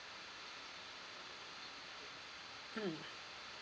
mm